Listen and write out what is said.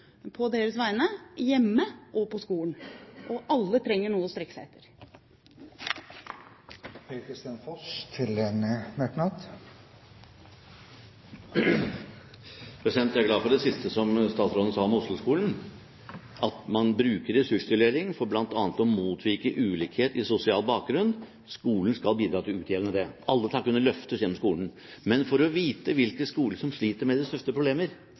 ambisjoner på deres vegne, hjemme og på skolen, og alle trenger noe å strekke seg etter. Representanten Per-Kristian Foss har hatt ordet to ganger tidligere og får ordet til en kort merknad, begrenset til 1 minutt. Jeg er glad for det siste som statsråden sa om Oslo-skolen, at man bruker ressurstildeling for bl.a. å motvirke ulikhet i sosial bakgrunn. Skolen skal bidra til å utjevne det. Alle skal kunne løftes gjennom skolen. Men for å vite